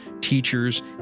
teachers